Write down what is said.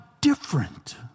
different